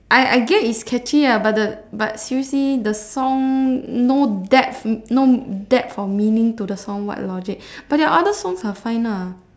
I I get is catchy lah but the but seriously the song no depth no depth or meaning to the song what logic but their other songs are fine lah